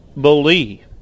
believe